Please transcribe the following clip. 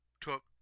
took